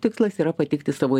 tikslas yra patikti savo